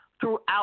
throughout